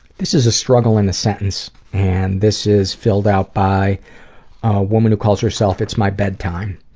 this is a struggle in a sentence and this is filled out by a woman who calls herself it's-my-bedtime.